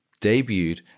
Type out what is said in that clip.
debuted